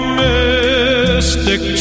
mystic